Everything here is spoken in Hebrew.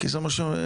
כי זה מה שמדבר.